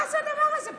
מה זה הדבר הזה פה?